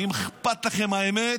ואם אכפת לכם האמת,